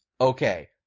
Okay